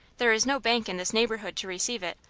there is no bank in this neighborhood to receive it,